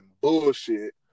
bullshit